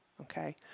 okay